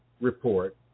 report